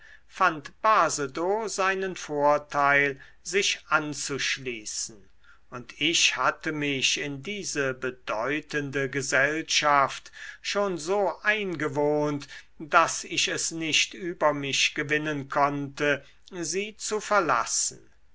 fand basedow seinen vorteil sich anzuschließen und ich hatte mich in diese bedeutende gesellschaft schon so eingewohnt daß ich es nicht über mich gewinnen konnte sie zu verlassen